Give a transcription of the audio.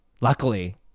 Luckily